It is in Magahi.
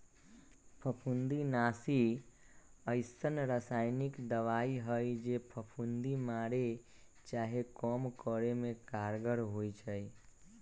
फफुन्दीनाशी अइसन्न रसायानिक दबाइ हइ जे फफुन्दी मारे चाहे कम करे में कारगर होइ छइ